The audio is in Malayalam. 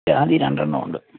ജാതി രണ്ട് എണ്ണമുണ്ട്